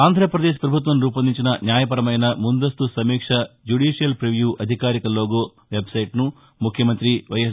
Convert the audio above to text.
ఆంధ్రాప్రదేశ్ ప్రభుత్వం రూపొందించిన న్యాయపరమైన ముందస్తు సమీక్ష జ్యుదిషియల్ పివ్యూ అధికారిక లోగో వెబ్సైట్ను ముఖ్యమంత్రి వైఎస్